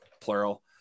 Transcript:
plural